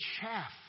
chaff